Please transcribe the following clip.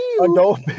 Adult